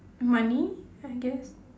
money I guess